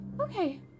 Okay